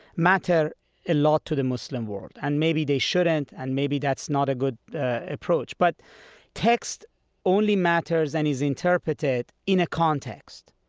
matter a lot to the muslim world and maybe they shouldn't and maybe that's not a good approach. but text only matters and is interpreted in a context.